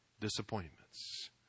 disappointments